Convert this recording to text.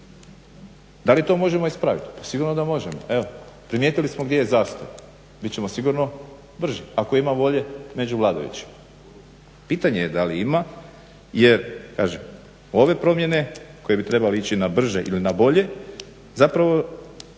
Da li to možemo ispraviti? Sigurno da možemo. Evo primijetili smo gdje je zastoj. Bit ćemo sigurno brži ako ima volje među vladajućim. Pitanje je da li ima, jer kažem ove promjene koje bi trebale ići na brže ili na bolje zapravo